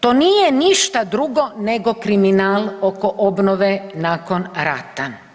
To nije ništa drugo nego kriminal oko obnove nakon rata.